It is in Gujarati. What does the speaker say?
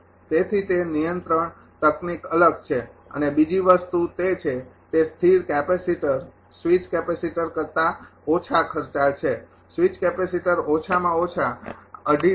તેથી તે નિયંત્રણ તકનીક અલગ છે અને બીજી વસ્તુ તે છે તે સ્થિર કેપેસિટર સ્વીચ કેપેસિટર કરતા ઓછા ખર્ચાળ છે સ્વીચ કેપેસિટર ઓછામાં ઓછા ૨